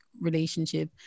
relationship